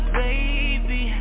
baby